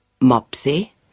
Mopsy